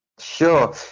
Sure